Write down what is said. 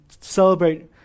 celebrate